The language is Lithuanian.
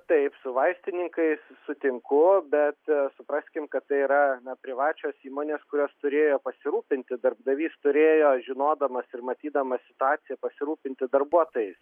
taip su vaistininkais sutinku bet supraskim kad tai yra na privačios įmonės kurios turėjo pasirūpinti darbdavys turėjo žinodamas ir matydamas situaciją pasirūpinti darbuotojais